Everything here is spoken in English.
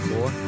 Four